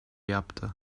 yaptı